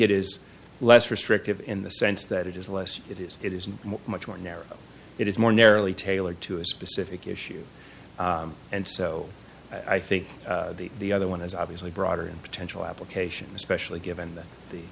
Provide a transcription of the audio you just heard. it is less restrictive in the sense that it is the less it is it isn't much more narrow it is more narrowly tailored to a specific issue and so i think the other one is obviously broader in potential application especially given that the